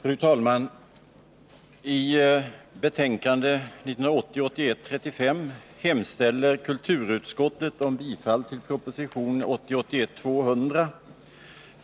Fru talman! I betänkande 1980 81:200.